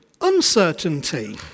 uncertainty